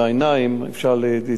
אפשר ליצור את המפגש הזה.